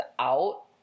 out